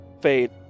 fade